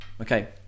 Okay